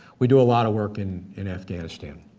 we do a lot of work in in afghanistan.